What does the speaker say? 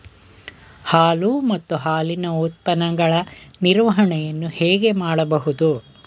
ಹಾಲು ಮತ್ತು ಹಾಲಿನ ಉತ್ಪನ್ನಗಳ ನಿರ್ವಹಣೆಯನ್ನು ಹೇಗೆ ಮಾಡಬಹುದು?